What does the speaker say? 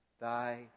thy